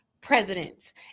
Presidents